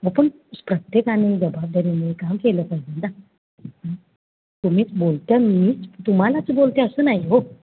हो पण प्रत्येकाने जबाबदारीने काम केलं पाहिजे ना हां तुम्हीच बोलत्या मीच तुम्हालाच बोलते असं नाही हो